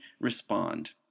respond